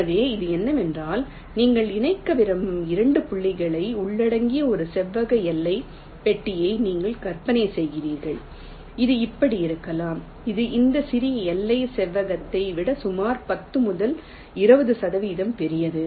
எனவே அது என்னவென்றால் நீங்கள் இணைக்க விரும்பும் 2 புள்ளிகளை உள்ளடக்கிய ஒரு செவ்வக எல்லை பெட்டியை நீங்கள் கற்பனை செய்கிறீர்கள் இது இப்படி இருக்கலாம் இது இந்த சிறிய எல்லை செவ்வகத்தை விட சுமார் 10 முதல் 20 சதவீதம் பெரியது